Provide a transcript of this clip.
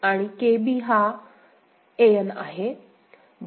आणि KB हा An आहे